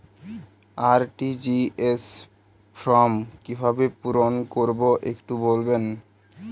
RTGS form কিভাবে পূরণ করবো একটু বলবেন?